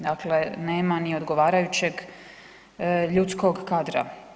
Dakle, nema ni odgovarajućeg ljudskog kadra.